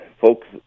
folks